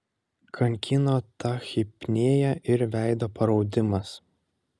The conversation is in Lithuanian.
kankino tachipnėja ir veido paraudimas